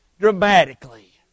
dramatically